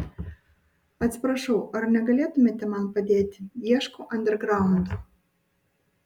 atsiprašau ar negalėtumėte man padėti ieškau andergraundo